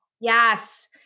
Yes